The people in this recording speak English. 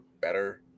better